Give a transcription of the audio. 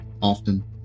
Often